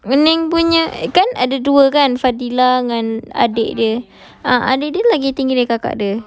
ah ning punya kan ada dua kan fatilah dengan adik dia ah adik dia lagi tinggi daripada kakak dia